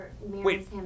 wait